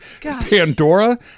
Pandora